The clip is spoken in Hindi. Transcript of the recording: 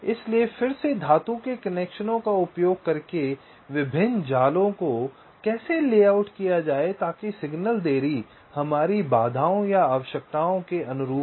इसलिए फिर से धातु के कनेक्शनों का उपयोग करके विभिन्न जालों को कैसे लेआउट किया जाए ताकि सिग्नल देरी हमारी बाधाओं या आवश्यकताओं के अनुरूप हो